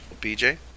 BJ